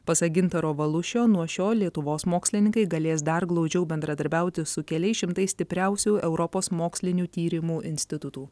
pasak gintaro valušio nuo šiol lietuvos mokslininkai galės dar glaudžiau bendradarbiauti su keliais šimtais stipriausių europos mokslinių tyrimų institutų